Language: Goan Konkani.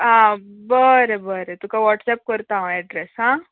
आ बरें बरें तुका वॉट्सॅप करता हांव एड्रॅस हा